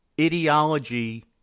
ideology –